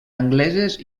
angleses